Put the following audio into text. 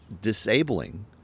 disabling